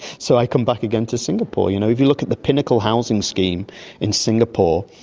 so i come back again to singapore. you know if you look at the pinnacle housing scheme in singapore,